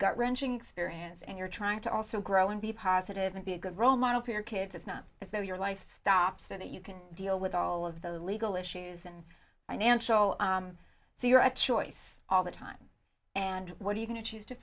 gut wrenching experience and you're trying to also grow and be positive and be a good role model for your kids it's not as though your life stops and you can deal with all of the legal issues and financial so you're a choice all the time and what do you can choose to